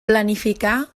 planificar